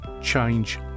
change